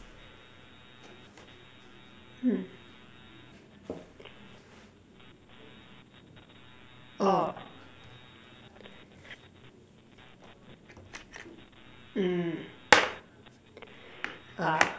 hmm oh mm ah